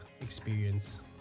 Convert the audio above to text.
experience